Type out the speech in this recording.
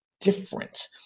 different